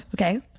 Okay